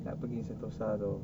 nak pergi sentosa tu